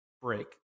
break